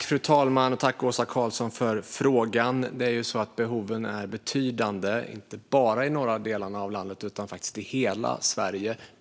Fru talman! Tack, Åsa Karlsson, för frågan! Behoven är ju betydande, inte bara i de norra delarna av landet utan faktiskt i hela Sverige.